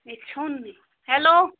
hello